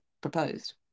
proposed